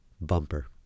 bumper